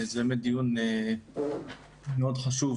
זה באמת דיון חשוב מאוד.